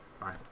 Bye